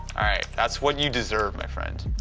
all right, that's what you deserve my friend.